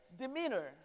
demeanor